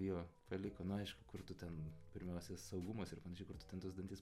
jo paliko nu aišku kur tu ten pirmiausia saugumas ir panašiai kur tu ten tuos dantis